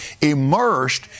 immersed